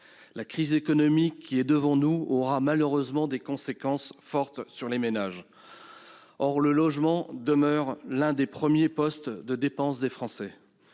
la crise économique qui est devant nous aura malheureusement des conséquences fortes sur les ménages. Or le logement demeure l'un des premiers postes de dépenses des Français.